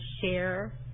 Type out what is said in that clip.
share